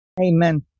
Amen